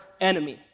enemy